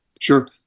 sure